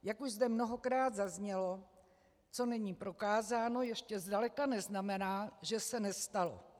Jak už zde mnohokrát zaznělo, co není prokázáno, ještě zdaleka neznamená, že se nestalo.